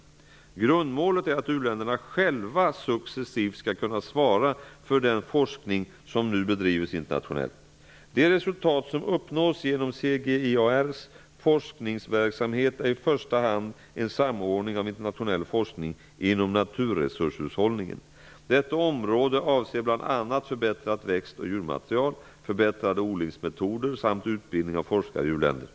Grundmålet är att u-länderna själva successivt skall kunna svara för den forskning som nu bedrivs internationellt. De resultat som uppnås inom CGIAR:s forskningsverksamhet är i första hand en samordning av internationell forskning inom naturresurshushållningen. Detta område avser bl.a. förbättrat växt och djurmaterial, förbättrade odlingsmetoder samt utbildning av forskare i uländer.